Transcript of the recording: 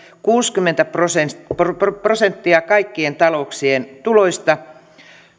kuusikymmentä prosenttia kaikkien talouksien tuloista